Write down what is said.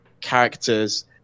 characters